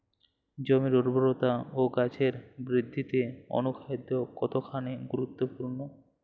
জমির উর্বরতা ও গাছের বৃদ্ধিতে অনুখাদ্য কতখানি গুরুত্বপূর্ণ?